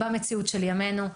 במציאות של ימינו,